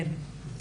כן.